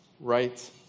right